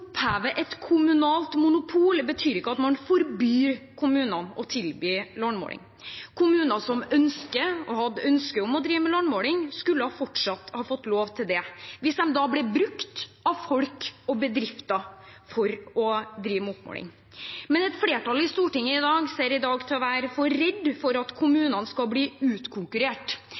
opphever et kommunalt monopol, betyr ikke at man forbyr kommunene å tilby landmåling. Kommuner som hadde hatt et ønske om å drive med landmåling, skulle fortsatt fått lov til det – hvis de da ble brukt av folk og bedrifter for å drive med oppmåling. Men et flertall i Stortinget ser i dag ut til å være for redd for at kommunene skal bli utkonkurrert.